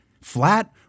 flat